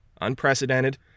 unprecedented